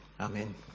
amen